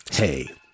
Hey